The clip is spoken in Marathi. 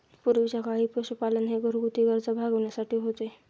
पूर्वीच्या काळी पशुपालन हे घरगुती गरजा भागविण्यासाठी होते